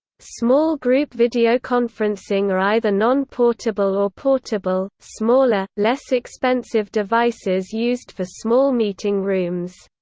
small group videoconferencing are either non-portable or portable, smaller, less expensive devices used for small meeting rooms.